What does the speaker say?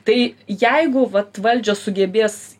tai jeigu vat valdžios sugebės